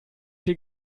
viel